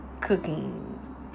cooking